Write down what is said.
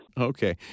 Okay